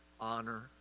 honor